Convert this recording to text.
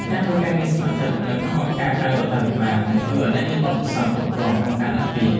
ការធ្វើការងារស្ម័គ្រចិត្តនៅក្នុងអង្គការក្រៅរដ្ឋាភិបាលនឹងជួយឱ្យអ្នកមានបទពិសោធន៍គ្រប់គ្រាន់ក្នុងការដាក់ពាក្យ។